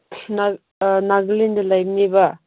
ꯅꯥ ꯅꯒꯥꯂꯦꯟꯗ ꯂꯩꯕꯅꯦꯕ